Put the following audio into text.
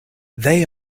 they